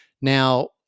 Now